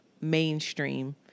mainstream